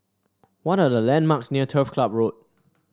what are the landmarks near Turf Club Road